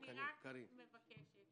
אני רק מבקשת